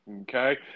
Okay